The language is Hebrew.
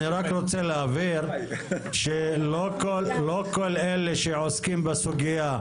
אני רק רוצה להבהיר שלא כל אלה שעוסקים בסוגיה,